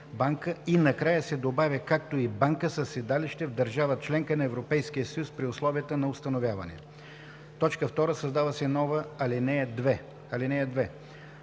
и накрая се добавя „както и банка със седалище в държава –членка на Европейския съюз, при условията на установяване”. 2. Създава се нова ал. 2: